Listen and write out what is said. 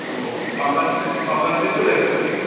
औ माब्लानिफ्राय सोलायदों सार